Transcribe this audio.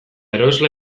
erosle